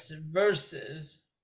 versus